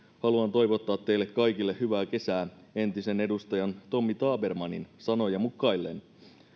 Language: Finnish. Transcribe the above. haluan toivottaa teille kaikille hyvää kesää entisen edustajan tommy tabermannin sanoja mukaillen